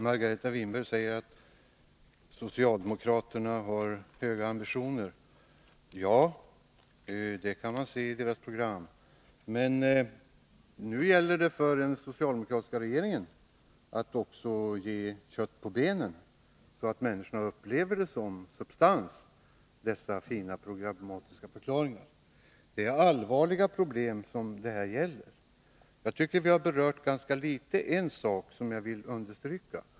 Herr talman! Socialdemokraterna har höga ambitioner, säger Margareta Winberg. Ja, det kan man se av deras partiprogram, men nu gäller det för den socialdemokratiska regeringen att också ge kött på benen så att människorna upplever att det finns substans i dessa fina programmatiska förklaringar. Det är allvarliga problem vi diskuterar. Jag tycker att vi ganska litet har berört en sak som jag vill framhålla.